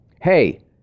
Hey